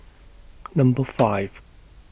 Number five